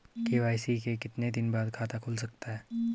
KYC के कितने दिन बाद खाता खुल सकता है?